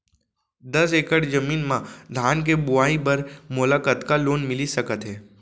दस एकड़ जमीन मा धान के बुआई बर मोला कतका लोन मिलिस सकत हे?